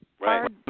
Right